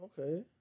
okay